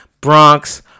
Bronx